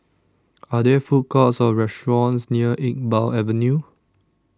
Are There Food Courts Or restaurants near Iqbal Avenue